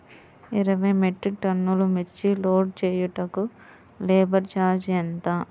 ఇరవై మెట్రిక్ టన్నులు మిర్చి లోడ్ చేయుటకు లేబర్ ఛార్జ్ ఎంత?